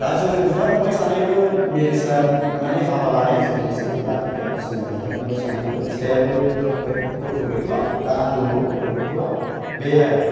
दा जोङो बिदा फंबाइ सानैबो मेरिज आ माने हाबा लानाया जोङो एसे उन लादोंथ' जोङो बिदा फंबाइ सानैबो बिदायाबो गथ' गैथ'आ आंनावबो गथ' गैथ'आ बे आरो